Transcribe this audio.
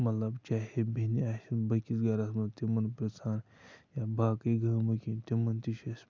مطلب چاہے بیٚنہِ آسہِ بیٚیہِ کِس گَرَس منٛز تِمَن پرٛژھان یا باقٕے گامہٕ کٮ۪ن تِمَن تہِ چھِ أسۍ پرٛژھان